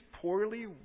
poorly